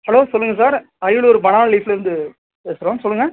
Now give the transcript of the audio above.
hello சொல்லுங்க sir Ariyalur banana லீஃப்லேருந்து பேசுகிறோம் சொல்லுங்கள்